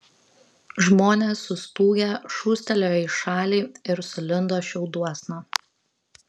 žmonės sustūgę šūstelėjo į šalį ir sulindo šiauduosna